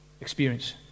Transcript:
experience